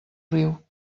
riu